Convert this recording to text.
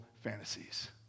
fantasies